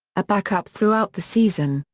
a backup throughout the season,